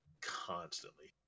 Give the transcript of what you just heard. constantly